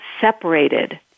separated